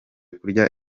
kurya